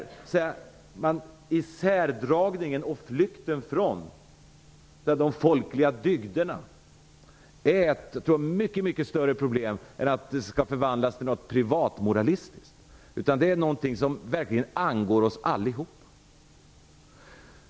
Isärdragningen och flykten från de folkliga dygderna är ett mycket stort problem. Det får inte förvandlas till något privatmoralistiskt. Det är någonting som verkligen angår oss allihop.